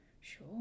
sure